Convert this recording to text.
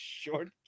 Short